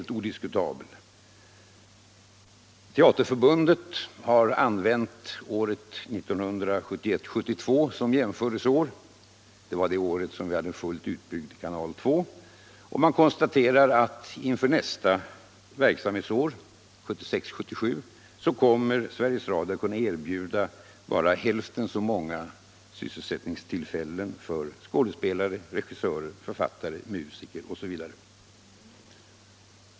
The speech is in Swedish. Teaterförbundet har använt året 1971 77, kommer Sveriges Radio ati kunna erbjuda bara hälften så många sysselsättningstillfällen för skådespelare, regissörer, författare, musiker osv.